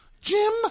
Jim